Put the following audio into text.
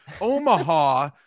Omaha